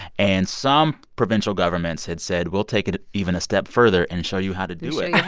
and some provincial governments had said, we'll take it it even a step further and show you how to do it yeah